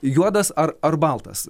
juodas ar ar baltas